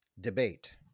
debate